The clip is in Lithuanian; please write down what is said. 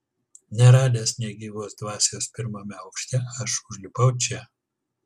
neradęs nė gyvos dvasios pirmame aukšte aš užlipau čia